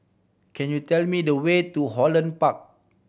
can you tell me the way to Holland Park